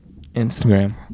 Instagram